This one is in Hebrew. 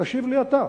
תשיב לי אתה.